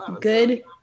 Good